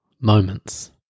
moments